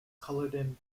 culloden